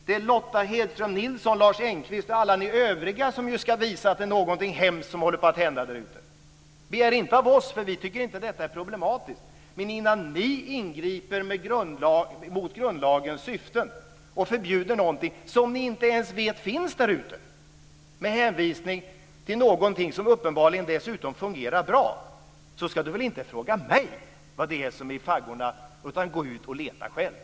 Det är Lotta Nilsson-Hedström, Lars Engqvist och alla ni övriga som ska visa att det är någonting hemskt som håller på att hända där ute. Begär det inte av oss, för vi tycker inte att detta är problematiskt. Men innan ni ingriper mot grundlagens syften och förbjuder någonting som ni inte ens vet finns där ute med hänvisning till någonting som uppenbarligen dessutom fungerar bra ska ni väl inte fråga mig vad som är i faggorna, utan gå ut och leta själva!